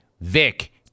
Vic